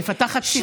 לא, את מפתחת שיחה.